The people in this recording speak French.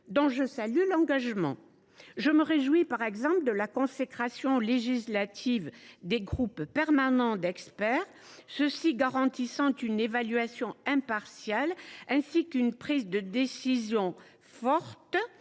dont je salue l’engagement. Je me réjouis de la consécration législative des groupes permanents d’experts, qui garantira une évaluation impartiale, ainsi qu’une prise de décision fondée